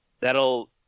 that'll